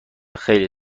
خیلی